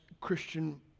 Christian